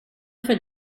för